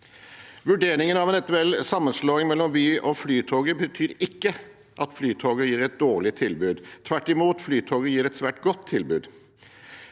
Vurderingene av en eventuell sammenslåing mellom Vy og Flytoget betyr ikke at Flytoget gir et dårlig tilbud. Tvert imot: Flytoget gir et svært godt tilbud.